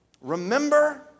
remember